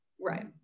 Right